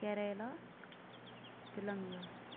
Kerala Telangana